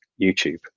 YouTube